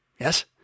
Yes